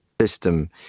system